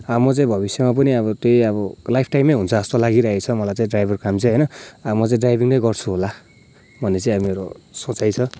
म चाहिँ भविष्यमा पनि अब त्यही अब लाइफटाइमै हुन्छ जस्तो लागिरहेको छ मलाई चाहिँ ड्राइभर काम चाहिँ होइन अब म चाहिँ ड्राइभिङ नै गर्छु होला भन्ने चाहिँ अब मेरो सोचाइ छ